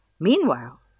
Meanwhile